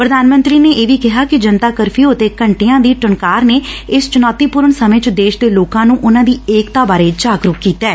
ਪ੍ਰਧਾਨ ਮੰਤਰੀ ਨੇ ਇਹ ਵੀ ਕਿਹਾ ਕਿ ਜਨਤਾ ਕਰਫਿਉ ਅਤੇ ਘੰਟੀਆਂ ਦੀ ਟੁੱਣਕਾਰ ਨੇ ਇਸ ਚੁਣੌਤੀ ਪੁਰਨ ਸਮੇਂ ਚ ਦੇਸ਼ ਦੇ ਲੋਕਾ ਨੂੰ ਉਨੂਾ ਦੀ ਏਕਤਾ ਬਾਰੇ ਜਾਗਰੁਕ ਕੀਤੈ